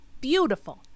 beautiful